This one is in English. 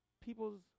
people's